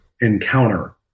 encounter